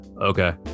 Okay